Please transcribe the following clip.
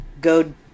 go